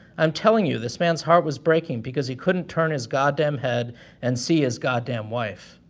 i'm telling you, the man's heart was breaking because he couldn't turn his goddamn head and see his goddamn wife.